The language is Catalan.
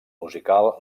musical